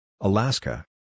Alaska